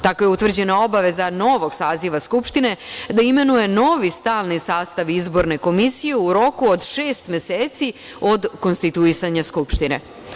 Tako je utvrđena obaveza novog saziva Skupštine da imenuje novi stalni sastav izborne komisije u roku od šest meseci od konstituisanja Skupštine.